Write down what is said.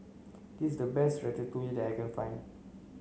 this is the best Ratatouille that I can find